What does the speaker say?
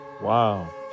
Wow